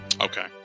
Okay